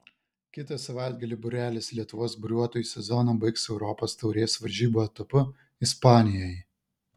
kitą savaitgalį būrelis lietuvos buriuotojų sezoną baigs europos taurės varžybų etapu ispanijoje